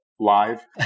live